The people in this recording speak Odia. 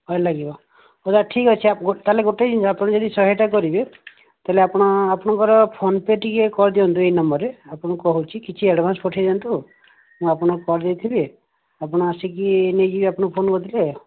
ଭଲ୍ ଲାଗିବ ହେଉ ତାହେଲେ ଠିକ୍ ଅଛି ତା'ହାଲେ ଗୋଟିଏ ଯଦି ଆପଣ ଶହେଟା କରିବେ ତାହେଲେ ଆପଣ ଆପଣଙ୍କର ଫୋନ ପେ' ଟିକେ କରିଦିଅନ୍ତୁ ଏଇ ନମ୍ବରରେ ଆପଣଙ୍କୁ କହୁଛି କିଛି ଆଡଭାନ୍ସ ପଠାଇଦିଅନ୍ତୁ ମୁଁ ଆପଣଙ୍କର କରିଦେଇଥିବି ଆପଣ ଆସିକି ନେଇଯିବେ ଆପଣ ଫୋନ କରିଦେଲେ